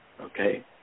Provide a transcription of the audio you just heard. Okay